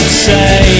say